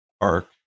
arc